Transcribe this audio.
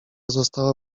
została